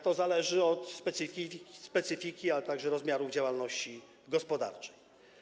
To zależy od specyfiki, a także rozmiarów działalności gospodarczej.